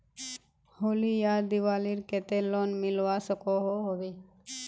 होली या दिवालीर केते लोन मिलवा सकोहो होबे?